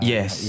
Yes